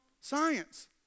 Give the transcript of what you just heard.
science